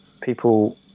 people